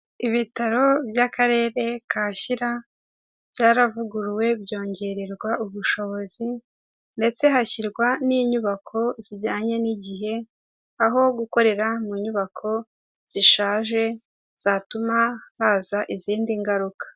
Ibitaro by'Akarere ka Shyira byaravuguruwe, byongererwa ubushobozi ndetse hashyirwa n'inyubako zijyanye n'igihe, aho gukorera mu nyubako zishaje zatuma haza izindi ngaruka.